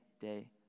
day